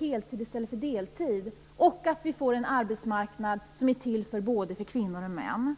heltid i stället för deltid liksom en arbetsmarknad som är till både för kvinnor och för män.